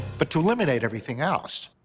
but to eliminate everything else.